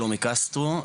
שלומי קסטרו,